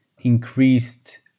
increased